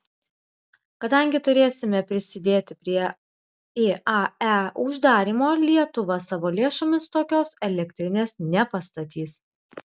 kadangi turėsime prisidėti prie iae uždarymo lietuva savo lėšomis tokios elektrinės nepastatys